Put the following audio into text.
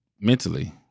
mentally